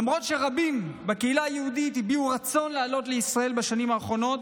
למרות שרבים בקהילה היהודית הביעו רצון לעלות לישראל בשנים האחרונות,